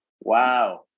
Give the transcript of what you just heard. Wow